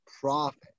profit